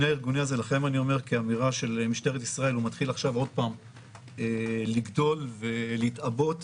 לכן הוא מתחיל עוד פעם לגדול ולהתעבות